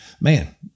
man